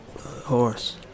horse